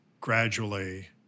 gradually